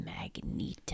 Magneto